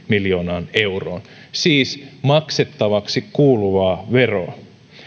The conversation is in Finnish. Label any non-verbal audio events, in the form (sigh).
(unintelligible) miljoonaan euroon siis maksettavaksi kuuluvaa veroa